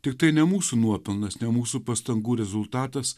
tiktai ne mūsų nuopelnas ne mūsų pastangų rezultatas